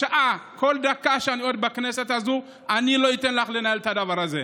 כל דקה שאני עוד בכנסת הזאת אני לא אתן לך לנהל את הדבר הזה.